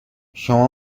شما